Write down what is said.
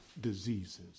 diseases